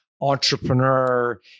entrepreneur